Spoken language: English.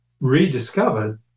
rediscovered